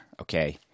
okay